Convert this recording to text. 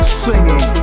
swinging